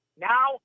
Now